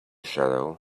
shadow